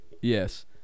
yes